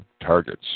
targets